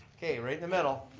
okay, right in the middle.